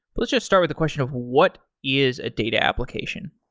let's just start with the question of what is a data application?